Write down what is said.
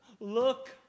Look